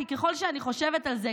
כי ככל שאני חושבת על זה,